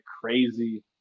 crazy